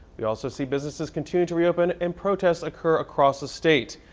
we also see businesses continue to reopen and protests occurring across the state.